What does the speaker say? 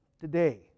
today